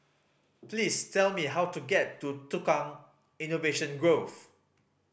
please tell me how to get to Tukang Innovation Grove